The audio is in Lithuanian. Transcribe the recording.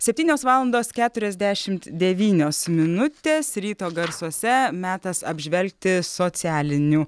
septynios valandos keturiasdešimt devynios minutės ryto garsuose metas apžvelgti socialinių